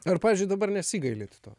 ar pavyzdžiui dabar nesigailit to